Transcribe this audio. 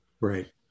right